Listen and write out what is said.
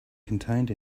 contained